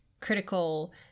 critical